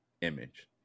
image